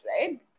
right